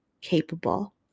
capable